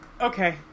okay